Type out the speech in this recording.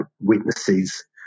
witnesses